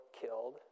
killed